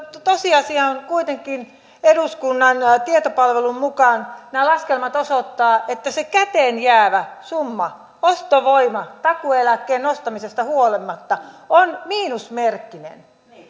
tosiasia on kuitenkin eduskunnan tietopalvelun mukaan nämä laskelmat osoittavat että se käteenjäävä summa ostovoima takuueläkkeen nostamisesta huolimatta on miinusmerkkinen